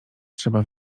trzeba